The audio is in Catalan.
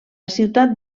ciutat